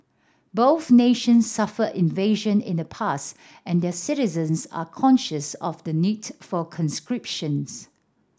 both nations suffered invasion in the past and their citizens are conscious of the need for conscription's